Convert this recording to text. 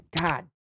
God